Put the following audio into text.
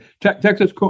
Texas